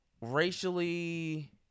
racially